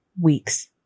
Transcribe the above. weeks